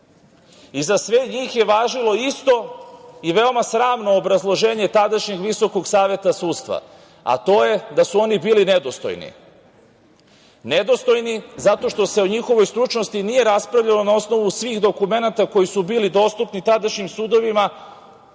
i za sve njih je važilo isto i veoma sramno obrazloženje tadašnjeg Visokog saveta sudstva, a to je da su oni bili nedostojni, nedostojni zato što se o njihovoj stručnosti nije raspravljalo na osnovu svih dokumenata koji su bili dostupni tadašnjim sudovima,